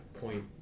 point